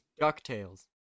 Ducktales